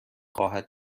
خواهد